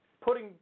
putting